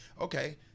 okay